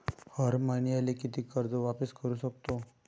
हर मईन्याले कितीक कर्ज वापिस करू सकतो?